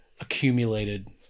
accumulated